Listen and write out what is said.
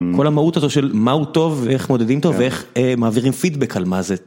כל המהות הזו של מהו טוב ואיך מודדים אותו ואיך מעבירים פידבק על מה זה.